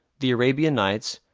the arabian nights,